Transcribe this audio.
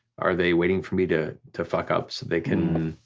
are they waiting for me to to fuck up so they can.